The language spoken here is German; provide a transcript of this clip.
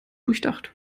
durchdacht